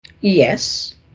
yes